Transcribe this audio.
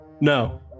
No